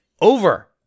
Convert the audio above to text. over